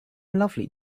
lovely